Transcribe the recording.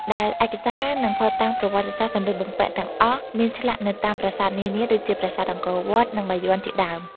ដែលឯកសារ និងភស្តុតាងប្រវត្តិសាស្ត្រសម្លៀកបំពាក់ទាំងអស់មានឆ្លាក់នៅតាមប្រាសាទនានា ដូចជាប្រាសាទអង្គរវត្ត និងបាយ័នជាដើម។